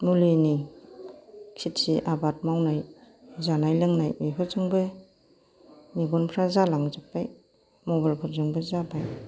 मुलिनि खिथि आबाद मावनाय जानाय लोंनाय बेफोरजोंबो मेगनफ्रा जालांजोबबाय मबेलफोरजोंबो जाबाय